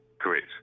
Correct